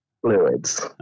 fluids